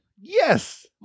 Yes